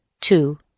two